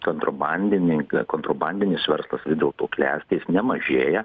kontrabandininkai kontrabandinis verslas dėl to klesti jis nemažėja